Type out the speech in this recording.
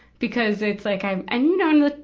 because it's like i'm and you know, and the,